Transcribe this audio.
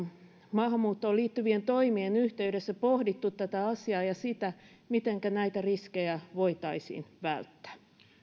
maahanmuuttoon liittyvien toimien yhteydessä pohdittu tätä asiaa ja sitä mitenkä näitä riskejä voitaisiin välttää